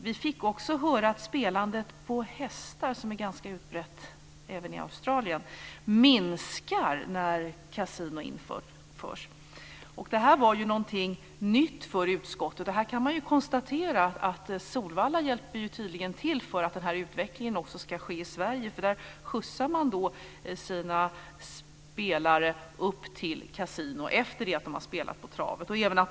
Vi fick också höra att spelandet på hästar, som är ganska utbrett även i Australien, minskar när kasinon införs. Detta var någonting nytt för utskottet. Man kan konstatera att Solvalla tydligen hjälper till för att vi ska få denna utveckling också i Sverige. Därifrån skjutsar man nämligen sina spelare upp till kasinot efter det att de har spelat på travet.